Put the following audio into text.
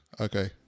Okay